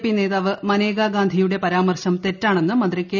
P നേതാവ് മന്റ്റ്രീക്കുർ ഗാന്ധിയുടെ പരാമർശം തെറ്റാണെന്ന് മന്ത്രി കെ